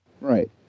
Right